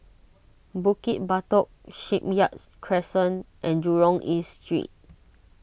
Bukit Batok Shipyard Crescent and Jurong East Street